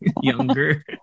Younger